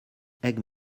aigues